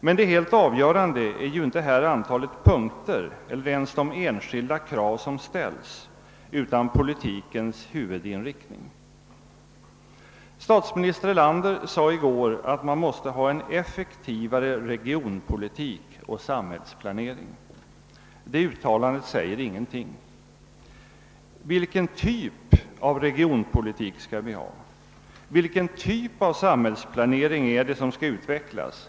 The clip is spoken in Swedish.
Men det helt avgörande är ju inte antalet punkter eller ens de enskilda krav som ställs, utan politikens huvudinriktning. Statsminister Erlander sade i går att man måste ha en effektivare regionpolitik och samhällsplanering. Detta uttalande säger ingenting. Vilken typ av resjonpolitik skall vi ha och vilken typ av samhällsplanering är det som skall utvecklas?